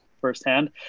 firsthand